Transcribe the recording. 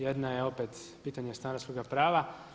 Jedna je opet pitanje stanarskoga prava.